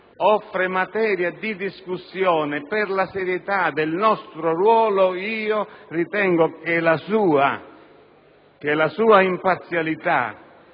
offre materia di discussione, per la serietà del nostro ruolo, io ritengo che la sua imparzialità